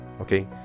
Okay